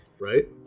Right